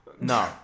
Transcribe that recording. no